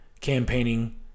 campaigning